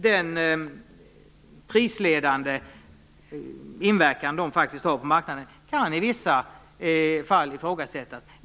Den prisledande inverkan den faktiskt har på marknaden kan i vissa fall ifrågasättas.